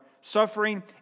suffering